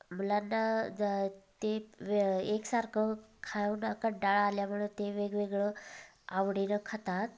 मुलांना ते वेळ एकसारखं खाऊन कंटाळा आल्यामुळं ते वेगवेगळं आवडीनं खातात